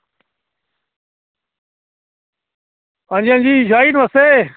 हां जी हां जी शाह् जी नमस्ते